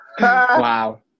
Wow